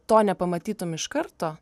to nepamatytum iš karto